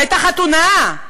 את החתונה,